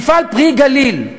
מפעל "פרי הגליל",